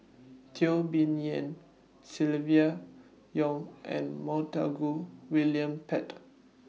Teo Bee Yen Silvia Yong and Montague William Pett